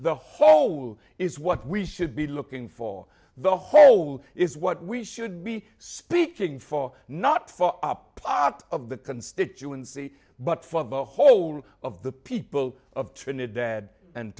the whole is what we should be looking for the whole is what we should be speaking for not for up out of the constituency but for the whole of the people of trinidad and